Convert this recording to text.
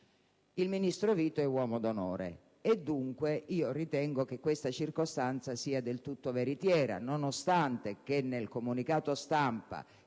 Il ministro Vito è uomo d'onore e dunque io ritengo che questa circostanza sia del tutto veritiera, nonostante il fatto che, nel comunicato stampa